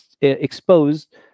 exposed